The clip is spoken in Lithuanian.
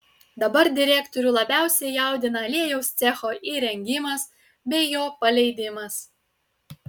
dabar direktorių labiausiai jaudina aliejaus cecho įrengimas bei jo paleidimas